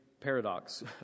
paradox